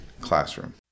classroom